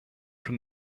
from